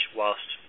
whilst